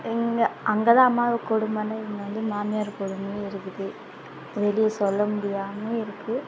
எங்கே அங்கே தான் அம்மாவை கொடுமைனு இங்கே வந்து மாமியார் கொடுமையும் இருக்குது வெளியே சொல்லமுடியாமல் இருக்கு